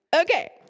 Okay